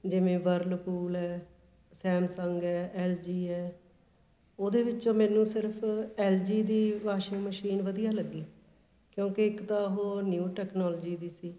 ਜਿਵੇਂ ਵਰਲਕੂਲ ਹੈ ਸੈਮਸੰਗ ਹੈ ਐੱਲ ਜੀ ਹੈ ਉਹਦੇ ਵਿੱਚੋਂ ਮੈਨੂੰ ਸਿਰਫ ਐੱਲ ਜੀ ਦੀ ਵਾਸ਼ਿੰਗ ਮਸ਼ੀਨ ਵਧੀਆ ਲੱਗੀ ਕਿਉਂਕਿ ਇੱਕ ਤਾਂ ਉਹ ਨਿਊ ਟੈਕਨੋਲਜੀ ਦੀ ਸੀ